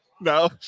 no